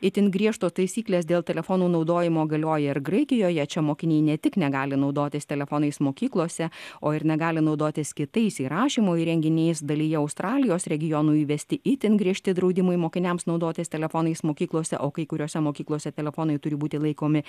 itin griežtos taisyklės dėl telefonų naudojimo galioja ir graikijoje čia mokiniai ne tik negali naudotis telefonais mokyklose o ir negali naudotis kitais įrašymo įrenginiais dalyje australijos regionų įvesti itin griežti draudimai mokiniams naudotis telefonais mokyklose o kai kuriose mokyklose telefonai turi būti laikomi